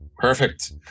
Perfect